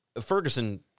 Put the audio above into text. Ferguson